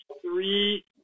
three